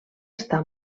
està